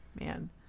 man